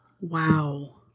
Wow